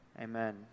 Amen